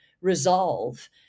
resolve